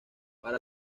para